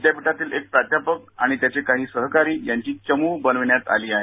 विद्यापीठाचे प्राध्यापक आणि त्यांचे काही सहकारी त्याची चमू बनविण्यात आली आहे